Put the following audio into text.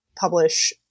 publish